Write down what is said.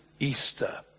Easter